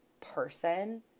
person